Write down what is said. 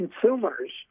consumers